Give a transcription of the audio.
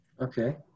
okay